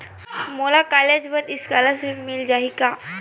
मोला कॉलेज बर स्कालर्शिप मिल जाही का?